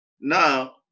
Now